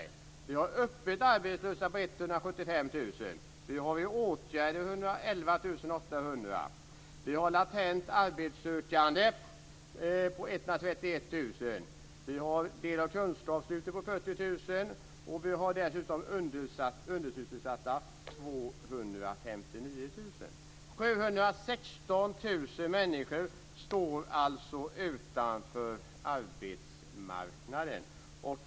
Vi har 175 000 öppet arbetslösa. Vi har 111 800 människor i åtgärder. Vi har 131 000 latent arbetssökande. Vi har 40 000 personer som tar del av Kunskapslyftet, och vi har dessutom 259 000 undersysselsatta. 716 000 människor står alltså utanför arbetsmarknaden.